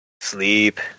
Sleep